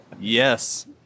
Yes